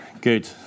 Good